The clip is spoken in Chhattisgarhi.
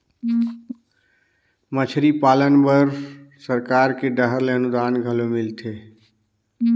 मछरी पालन बर सरकार के डहर ले अनुदान घलो मिलथे